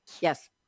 Yes